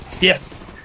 Yes